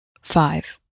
five